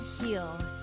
heal